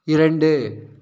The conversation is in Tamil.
இரண்டு